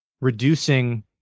reducing